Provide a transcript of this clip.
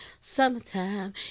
summertime